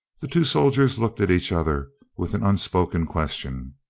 the two soldiers looked at each other with an un spoken question.